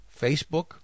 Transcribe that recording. Facebook